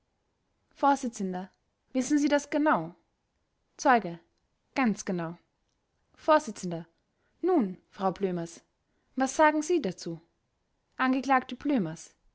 vors wissen sie das genau zeuge ganz genau vors nun frau blömers was sagen sie dazu angeklagte blömers